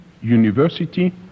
university